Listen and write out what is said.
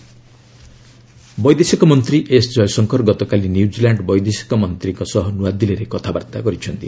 India New Zealand ବୈଦେଶିକ ମନ୍ତ୍ରୀ S Jaishankar ଗତକାଲି ନ୍ୟୁଜିଲାଣ୍ଡ ବୈଦେଶିକମନ୍ତ୍ରୀଙ୍କ ସହ ନୂଆଦିଲ୍ଲୀରେ କଥାବାର୍ତ୍ତା କରିଚ୍ଛନ୍ତି